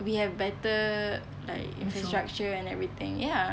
we have better like infrastructure and everything ya